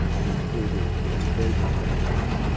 it included mandatory background checks.